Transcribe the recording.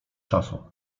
czasu